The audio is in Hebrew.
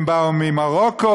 הם באו ממרוקו?